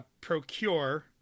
procure